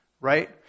right